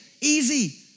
easy